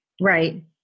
Right